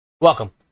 Welcome